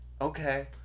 Okay